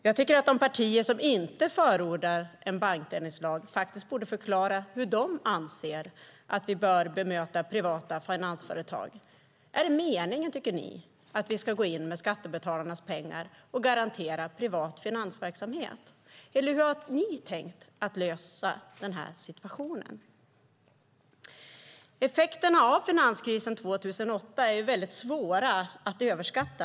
Jag tycker att de partier som inte förordar en bankdelningslag borde förklara hur de anser att vi bör bemöta privata finansföretag. Är det meningen, tycker ni, att vi ska gå in med skattebetalarnas pengar och garantera privat finansverksamhet? Hur har ni tänkt lösa denna situation? Effekterna av finanskrisen 2008 är väldigt svåra att överskatta.